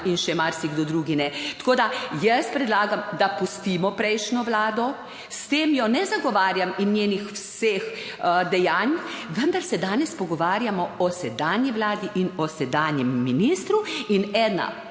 in še marsikdo drugi ne. Tako da jaz predlagam, da pustimo prejšnjo vlado, s tem jo ne zagovarjam in njenih vseh dejanj, vendar se danes pogovarjamo o sedanji vladi in o sedanjem ministru. In ena